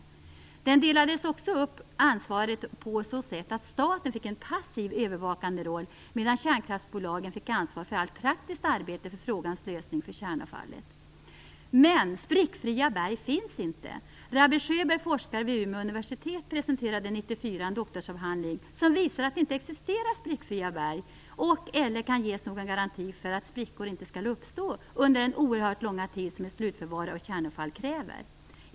Utredningen delade också upp ansvaret på så sätt att staten fick en passiv, övervakande roll, medan kärnkraftsbolagen fick ansvar för allt praktiskt arbete för lösningen av kärnavfallsproblemet. Men sprickfria berg finns inte. Rabbe Sjöberg, forskare vid Umeå universitet, presenterade 1994 en doktorsavhandling som visar att det inte existerar sprickfria berg. Det kan inte heller ges någon garanti för att sprickor inte skall uppstå under den oerhört långa tid som ett slutförvar av kärnavfall kräver.